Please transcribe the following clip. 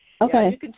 Okay